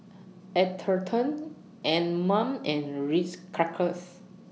Atherton Anmum and Ritz Crackers